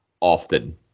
often